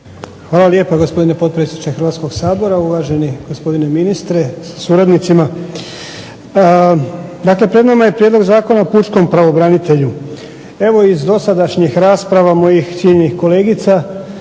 Hvala lijepa gospodine potpredsjedniče Hrvatskog sabora, uvaženi gospodine ministre sa suradnicima. Dakle pred nama je Prijedlog Zakona o pučkom pravobranitelju. Evo iz dosadašnjih rasprava mojih cijenjenih kolegica